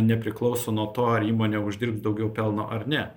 nepriklauso nuo to ar įmonė uždirbs daugiau pelno ar ne